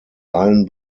allen